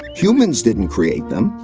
humans didn't create them,